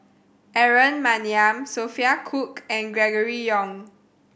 Aaron Maniam Sophia Cooke and Gregory Yong